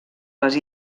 les